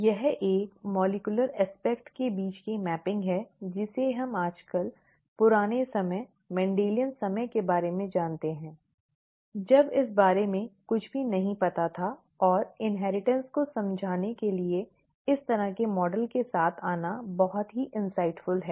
यह एक आणविक पहलू के बीच की मैपिंग है जिसे हम आजकल पुराने समय मेंडेलियन समय के बारे में जानते हैं जब इस बारे में कुछ भी नहीं पता था और इनहेरिटेंस को समझाने के लिए इस तरह के मॉडल के साथ आना बहुत ही सुखद है